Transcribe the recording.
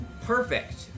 Perfect